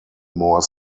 more